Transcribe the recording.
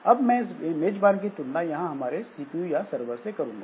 अब मैं इस मेजबान की तुलना यहां हमारे सीपीयू या सरवर से करूंगा